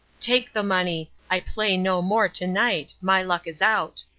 take the money. i play no more to-night. my luck is out.